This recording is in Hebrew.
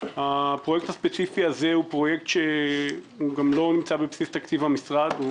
הפרויקט הספציפי שעליו מדובר הוא פרויקט שלא נמצא בבסיס תקציב המשרד,